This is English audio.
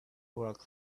worked